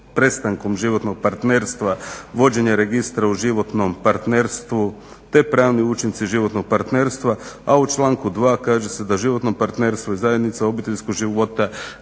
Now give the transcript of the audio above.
prestankom životnog partnerstva, vođenje registra o životnom partnerstvu, te pravni učinci životnog partnerstva, a u članku 2. kaže se da životno partnerstvo i zajednica obiteljskog života